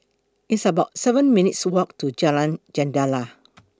It's about seven minutes' Walk to Jalan Jendela